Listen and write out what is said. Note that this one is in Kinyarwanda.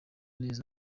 neza